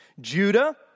Judah